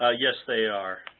ah yes, they are.